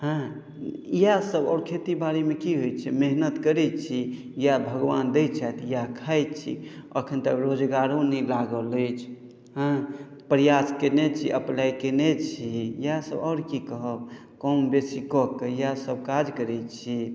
हँ इएहसभ आओर खेतीबाड़ीमे की होइत छै मेहनत करैत छी इएह भगवान दैत छथि इएह खाइत छी एखन तक रोजगारो नहि लागल अछि हँ प्रयास कयने छी अप्लाइ कयने छी इएहसभ आओर की कहब कम बेसी कऽ कऽ इएहसभ काज करैत छी